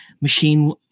machine